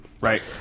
Right